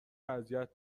اذیت